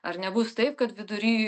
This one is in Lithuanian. ar nebus taip kad vidury